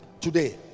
today